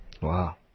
Wow